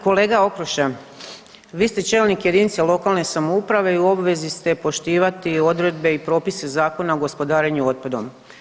Kolega Okroša, vi ste čelnik jedinice lokalne samouprave i u obvezi ste poštivati odredbe i propise Zakona o gospodarenju otpadom.